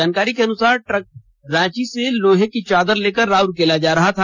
जानकारी के अनुसार ट्रक रांची से लोहे की चादर लेकर राउरकेला जा रहा था